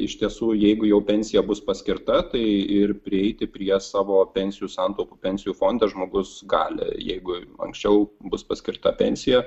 iš tiesų jeigu jau pensija bus paskirta tai ir prieiti prie savo pensijų santaupų pensijų fonde žmogus gali jeigu anksčiau bus paskirta pensija